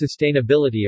sustainability